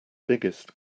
biggest